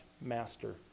master